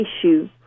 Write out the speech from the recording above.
issue